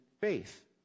faith